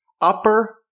upper